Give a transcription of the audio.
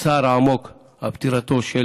בצער העמוק על פטירתו של